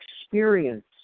experience